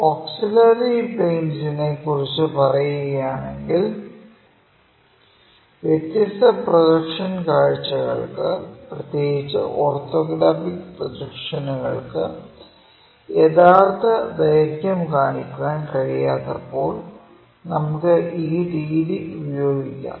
auxiliary പ്ലൈൻസിനെ കുറിച്ച് പറയുകയാണെങ്കിൽ വ്യത്യസ്ത പ്രൊജക്ഷൻ കാഴ്ചകൾക്ക് പ്രത്യേകിച്ച് ഓർത്തോഗ്രാഫിക് പ്രൊജക്ഷനുകൾക്ക് യഥാർത്ഥ ദൈർഘ്യം കാണിക്കാൻ കഴിയാത്തപ്പോൾ നമുക്ക് ഈ രീതി ഉപയോഗിക്കാം